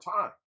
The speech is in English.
time